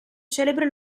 celebre